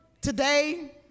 today